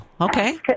Okay